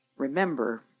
Remember